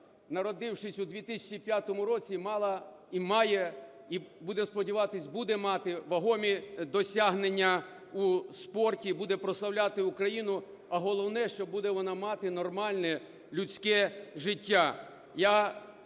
народившись у 2005 році, мала, і має, і, будемо сподіватись, буде мати вагомі досягнення у спорті, буде прославляти Україну, а головне, що буде вона мати нормальне людське життя.